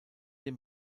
dem